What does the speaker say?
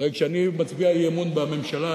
הרי כשאני מצביע אי-אמון בממשלה,